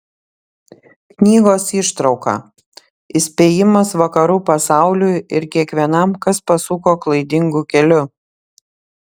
knygos ištrauka įspėjimas vakarų pasauliui ir kiekvienam kas pasuko klaidingu keliu